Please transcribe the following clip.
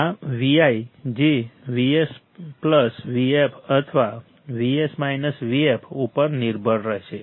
આ Vi જે Vs Vf અથવા Vs Vf ઉપર નિર્ભર રહેશે